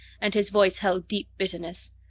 and his voice held deep bitterness,